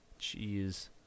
Jeez